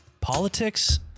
Politics